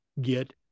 get